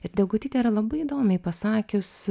ir degutytė yra labai įdomiai pasakius